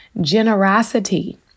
generosity